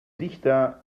dichter